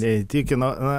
neįtikino na